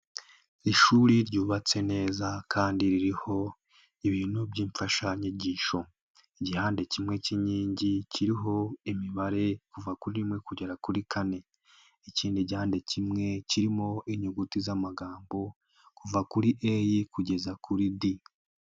Ishuri ryubatse neza kandi ririho ibintu by'imfashanyigisho, igihande kimwe cy'inkingi kiriho imibare kuva kuri rimwe kugera kuri kane, ikindi gihande kimwe kirimo inyuguti z'amagambo kuva kuri A kugeza kuri D.